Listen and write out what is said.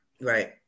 right